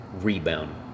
rebound